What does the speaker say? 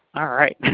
alright.